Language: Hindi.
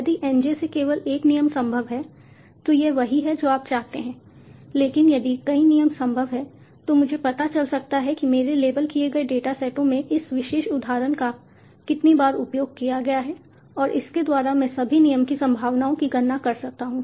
यदि N j से केवल एक नियम संभव है तो यह वही है जो आप चाहते हैं लेकिन यदि कई नियम संभव हैं तो मुझे पता चल सकता है कि मेरे लेबल किए गए डेटासेटों में इस विशेष उदाहरण का कितनी बार उपयोग किया गया है और इसके द्वारा मैं सभी नियम की संभावनाओं की गणना कर सकता हूं